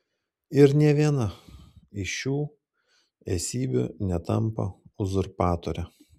ir nė viena iš šių esybių netampa uzurpatore